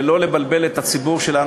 ולא לבלבל את הציבור שלנו,